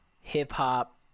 hip-hop